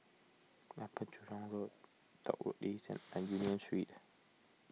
Upper Jurong Road Dock Road and Union Street